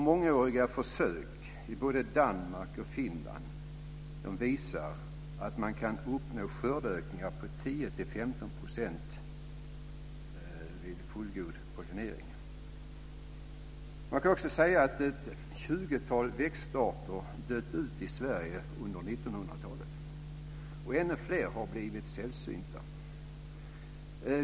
Mångåriga försök i både Danmark och Finland visar att man kan uppnå skördeökningar på 10-15 % vid fullgod pollinering. Ett tjugotal växtarter har dött ut i Sverige under 1900-talet och ännu fler har blivit sällsynta.